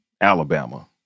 Alabama